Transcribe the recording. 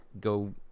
Go